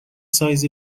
سایز